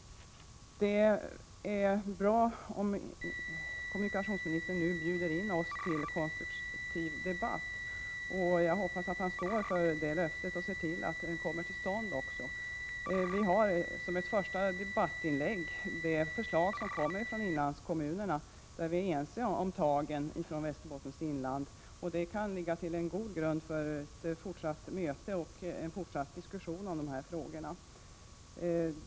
Det är bra att kommunikationsministern nu inbjuder oss till en konstruktiv debatt. Jag hoppas att han står för det löftet och ser till att en sådan debatt kommer till stånd. Som ett första debattinlägg har vi ett förslag som utformats av kommunerna i Västerbottens inland och som kan utgöra en god grund för fortsatta diskussioner i dessa frågor.